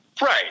Right